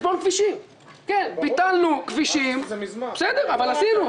בבסיס התקציב ואושר בינואר 2018. לא נדרשת תוספת תקציבית בסעיף הזה.